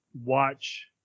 watch